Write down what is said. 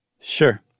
Sure